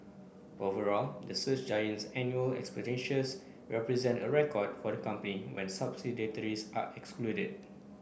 overall the search giant's annual expenditures represented a record for the company when subsidiaries are excluded